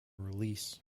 release